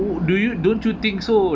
what do you don't you think so